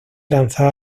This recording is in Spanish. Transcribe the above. lanzar